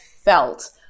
felt